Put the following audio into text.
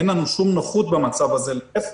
אין לנו שום נוחות במצב הזה, להיפך.